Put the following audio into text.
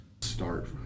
start